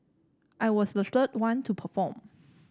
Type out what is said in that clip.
I was the third one to perform